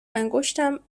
انگشتم